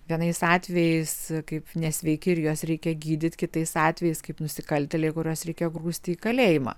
vienais atvejais kaip nesveiki ir juos reikia gydyt kitais atvejais kaip nusikaltėliai kuriuos reikia grūsti į kalėjimą